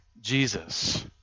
Jesus